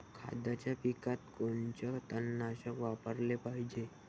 कांद्याच्या पिकात कोनचं तननाशक वापराले पायजे?